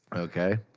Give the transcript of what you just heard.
okay?